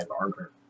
armor